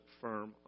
firm